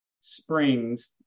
springs